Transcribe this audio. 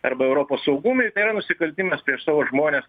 arba europos saugumui tai yra nusikaltimas prieš savo žmones